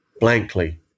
blankly